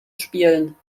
spielen